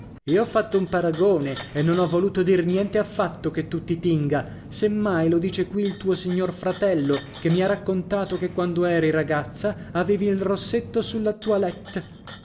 io ho fatto un paragone e non ho voluto dir niente affatto che tu ti tinga se mai lo dice qui il tuo signor fratello che mi ha raccontato che quando eri ragazza avevi il rossetto sulla toelette